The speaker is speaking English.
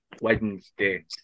Wednesday